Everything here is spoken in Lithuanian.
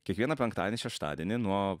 kiekvieną penktadienį šeštadienį nuo